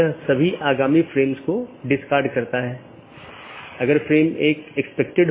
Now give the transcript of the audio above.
जैसा कि हमने पहले उल्लेख किया है कि विभिन्न प्रकार के BGP पैकेट हैं